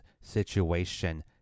situation